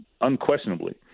unquestionably